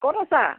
ক'ত আছা